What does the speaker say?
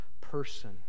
person